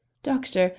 doctor!